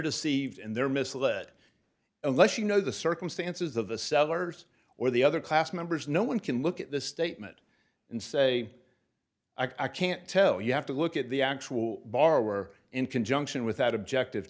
deceived in their missile that unless you know the circumstances of the sellers or the other class members no one can look at the statement and say i can't tell you have to look at the actual borrower in conjunction with that objective